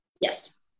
yes